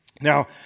Now